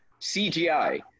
CGI